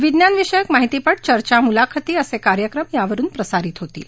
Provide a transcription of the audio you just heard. विज्ञानविषयक माहितीपट चर्चा मुलाखती असे कार्यक्रम यावरुन प्रसारित होतील